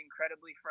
incredibly